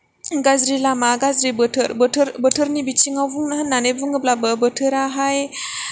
गाज्रि लामा गाज्रि बोथोर बोथोरनि बिथिङाव बुङो होननानै बुङोब्लाबो बोथोराहाय